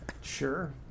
Sure